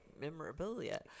memorabilia